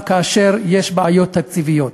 גם כאשר יש בעיות תקציביות.